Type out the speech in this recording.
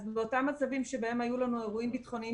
אז במצבים שבהם היו לנו אירועים ביטחוניים